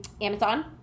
Amazon